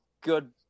good